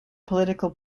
political